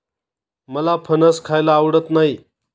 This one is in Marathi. मला फणस खायला आवडत नाही